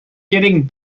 getting